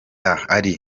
ari